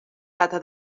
data